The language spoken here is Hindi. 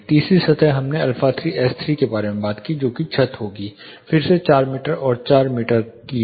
तीसरी सतह हमने α3 S3 के बारे में बात की जो कि छत होगी फिर से 4 मीटर और 4 मीटर की है